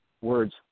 words